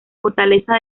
fortaleza